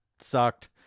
sucked